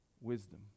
wisdom